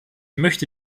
möchte